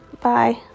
bye